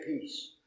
peace